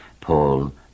Paul